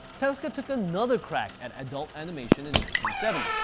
tezuka took another crack at adult animation in nineteen seventy s.